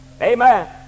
Amen